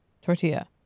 tortilla